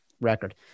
record